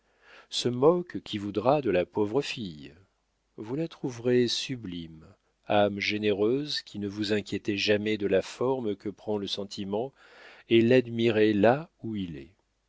se moque qui voudra de la pauvre fille vous la trouverez sublime âmes généreuses qui ne vous inquiétez jamais de la forme que prend le sentiment et l'admirez là où il est